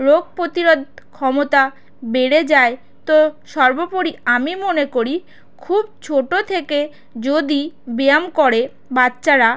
রোগ প্রতিরোধ ক্ষমতা বেড়ে যায় তো সর্বপরি আমি মনে করি খুব ছোটো থেকে যদি ব্যায়াম করে বাচ্চারা